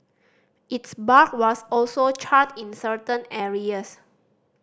its bark was also charred in certain areas